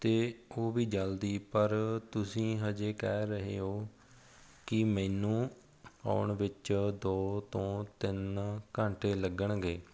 ਅਤੇ ਉਹ ਵੀ ਜਲਦੀ ਪਰ ਤੁਸੀਂ ਹਜੇ ਕਹਿ ਰਹੇ ਹੋ ਕਿ ਮੈਨੂੰ ਆਉਣ ਵਿੱਚ ਦੋ ਤੋਂ ਤਿੰਨ ਘੰਟੇ ਲੱਗਣਗੇ